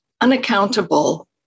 unaccountable